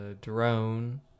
drone